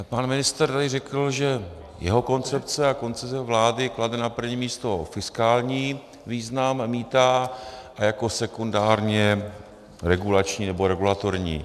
Pan ministr tady řekl, že jeho koncepce a koncepce vlády klade na první místo fiskální význam mýta, jako sekundárně regulační, nebo regulatorní.